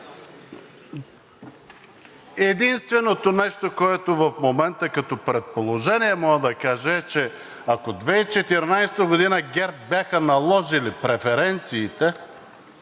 Единственото нещо, което в момента като предположение мога да кажа, е, че ако през 2014 г. ГЕРБ бяха наложили преференциите